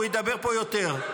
הוא ידבר פה יותר.